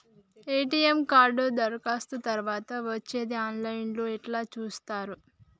ATM card దరఖాస్తు తరువాత వచ్చేది ఆన్ లైన్ లో ఎట్ల చూత్తరు?